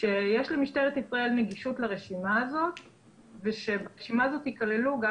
שיש למשטרת ישראל נגישות לרשימה הזאת ושברשימה הזאת יכללו או